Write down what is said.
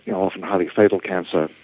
often highly fatal cancer,